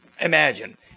imagine